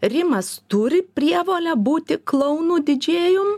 rimas turi prievolę būti klounu didžėjum